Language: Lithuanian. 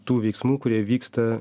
tų veiksmų kurie vyksta